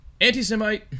anti-semite